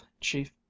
chief